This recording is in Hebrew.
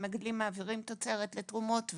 מגדלים מעבירים תוצרת לתרומות,